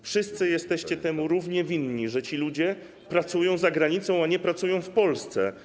Wszyscy jesteście równie winni temu, że ci ludzie pracują za granicą, a nie pracują w Polsce.